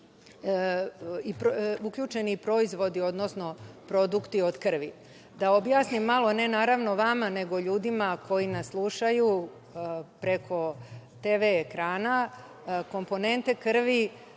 uključeni proizvodi, odnosno produkti od krvi. Da objasnim malo, ne naravno vama, nego ljudima koji nas slušaju preko TV ekrana, komponente krvi